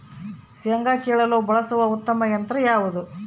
ಶೇಂಗಾ ಕೇಳಲು ಬಳಸುವ ಉತ್ತಮ ಯಂತ್ರ ಯಾವುದು?